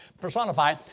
Personify